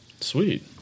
sweet